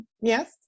yes